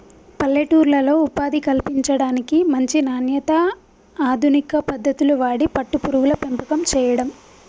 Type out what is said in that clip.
పల్లెటూర్లలో ఉపాధి కల్పించడానికి, మంచి నాణ్యత, అధునిక పద్దతులు వాడి పట్టు పురుగుల పెంపకం చేయడం